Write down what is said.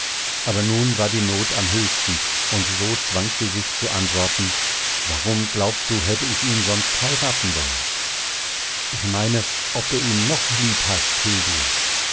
aber nun war die not am höchsten und so zwang sie sich zu antworten warum glaubst du hätte ich ihn sonst heiraten wollen ich meine ob du ihn noch lieb hast